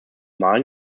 malen